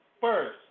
first